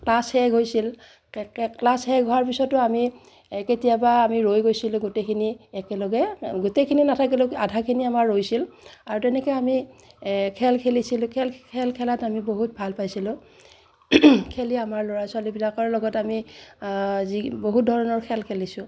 class শেষ হৈছিল class শেষ হোৱাৰ পিছতো আমি এই কেতিয়াবা আমি ৰৈ গৈছিলোঁ গোটেইখিনি একেলগে গোটেইখিনি নাথাকিলে আধাখিনি আমাৰ ৰৈছিল আৰু তেনেকৈ আমি খেল খেলিছিলোঁ খেল খেলাত আমি বহুত ভাল পাইছিলোঁ খেলি আমাৰ ল'ৰা ছোৱালীবিলাকৰ লগত আমি যি বহু ধৰণৰ খেল খেলিছোঁ